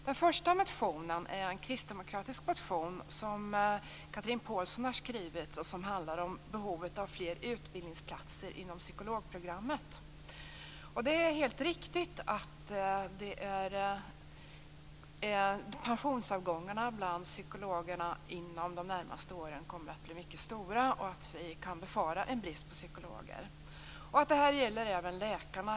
Den första motionen är en kristdemokratisk motion som Chatrine Pålsson har skrivit och som handlar om behovet av fler utbildningsplatser inom psykologprogrammet. Det är helt riktigt att pensionsavgångarna bland psykologerna inom de närmaste åren kommer att bli mycket stora och att vi kan befara en brist på psykologer. Det gäller även läkarna.